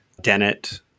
Dennett